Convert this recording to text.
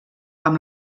amb